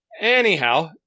Anyhow